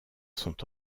sont